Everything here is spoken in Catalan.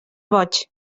boig